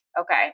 okay